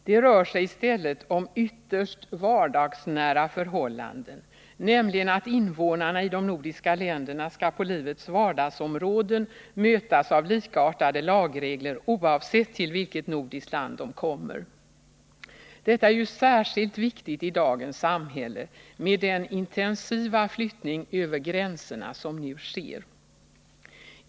Det rör sigi stället om ytterst vardagsnära förhållanden, nämligen att invånarna i de nordiska länderna på livets vardagsområden skall mötas av likartade lagregler, oavsett till vilket nordiskt land de kommer. Detta är ju särskilt viktigt i dagens samhälle med den intensiva flyttning över gränserna som nu sker.